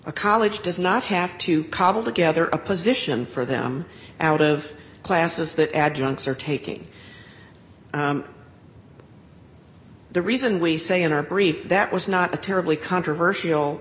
a college does not have to cobble together a position for them out of classes that adjuncts are taking the reason we say in our brief that was not a terribly controversial